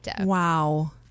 Wow